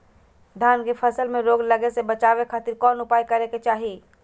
धान के फसल में रोग लगे से बचावे खातिर कौन उपाय करे के चाही?